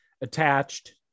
attached